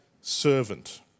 servant